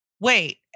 wait